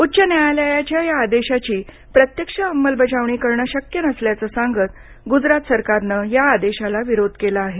उच्च न्यायालयाच्या या आदेशाची प्रत्यक्ष अंमलबजावणी करणं शक्य नसल्याचं सांगत गुजरात सरकारनं या आदेशाला विरोध केला आहे